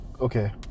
Okay